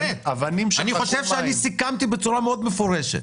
אני חושב שאני סיכמתי בצורה מאוד מפורשת.